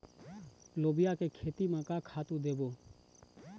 लोबिया के खेती म का खातू देबो?